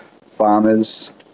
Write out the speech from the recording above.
farmers